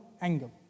angle